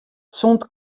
sûnt